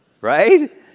right